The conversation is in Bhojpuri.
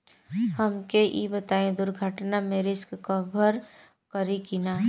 हमके ई बताईं दुर्घटना में रिस्क कभर करी कि ना?